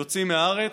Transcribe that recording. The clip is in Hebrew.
יוצאים מהארץ.